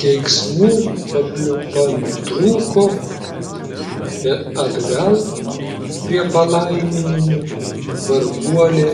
keiksmų papliūpa nutrūko bet atgal prie palaiminimų varguolė